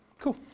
cool